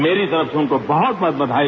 मेरी तरफ से उनको बहत बहत बधाई